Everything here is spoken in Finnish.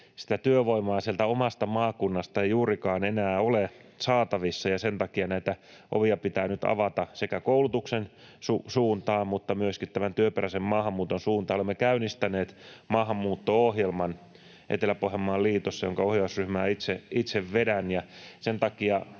työvoimaa sieltä omasta maakunnasta ei juurikaan enää ole saatavissa, ja sen takia näitä ovia pitää nyt avata sekä koulutuksen suuntaan mutta myöskin tämän työperäisen maahanmuuton suuntaan. Olemme käynnistäneet Etelä-Pohjanmaan liitossa maahanmuutto-ohjelman, jonka ohjausryhmää itse vedän.